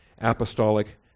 apostolic